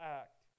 act